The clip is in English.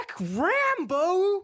rambo